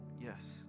Yes